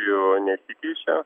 jo nesikeičia